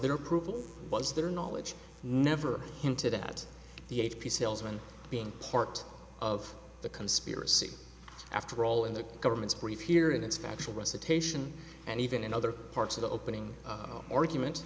their approval was there knowledge never hinted at the h p salesman being part of the conspiracy after all in the government's brief here that's factual recitation and even in other parts of the opening argument